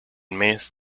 mes